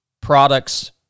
products